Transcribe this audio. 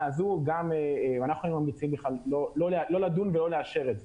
אנחנו ממליצים לא לדון ולא לאשר את זה.